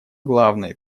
главной